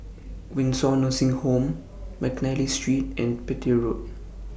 Windsor Nursing Home Mcnally Street and Petir Road